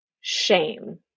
shame